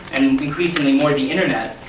and increasingly more, the internet.